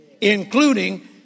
including